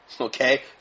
okay